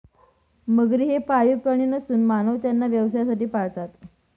मगरी हे पाळीव प्राणी नसून मानव त्यांना व्यवसायासाठी पाळतात